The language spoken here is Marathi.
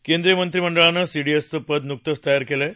केंद्रीय मंत्रीमंडळानं सीडीएसचं पद नुकतच तयार केलंय